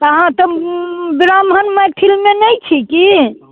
तऽ अहाँ तऽ ब्राह्मण मैथिलमे नहि छी की